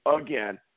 again